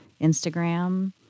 Instagram